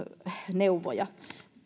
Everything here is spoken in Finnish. neuvoja